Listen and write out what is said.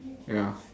ya